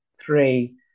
three